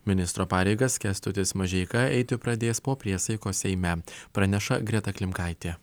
ministro pareigas kęstutis mažeika eiti pradės po priesaikos seime praneša greta klimkaitė